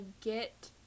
get